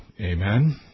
Amen